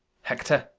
hector!